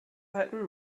halten